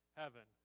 heaven